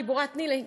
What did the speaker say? גיבורת ניל"י,